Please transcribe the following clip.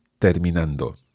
terminando